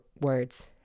words